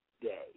day